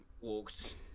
walked